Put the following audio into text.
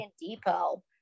Depot